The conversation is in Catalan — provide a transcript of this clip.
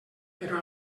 però